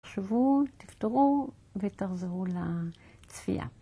שבו תפתרו ותחזרו לצפייה.